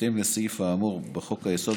בהתאם לסעיף האמור בחוק-היסוד,